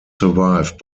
survived